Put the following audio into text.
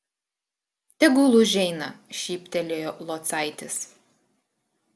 tegul užeina šyptelėjo locaitis